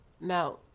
now